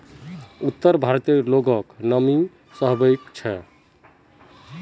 उत्तर भारतेर लोगक त नमी सहबइ ह छेक